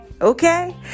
okay